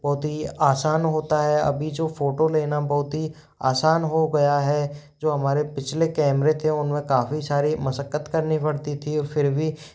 बहुत ही आसान होता है अभी जो फ़ोटो लेना बहुत ही आसान हो गया है जो हमारे पिछले कैमरे थे उन में काफ़ी सारी मशक्कत करनी पड़ती थी और फिर भी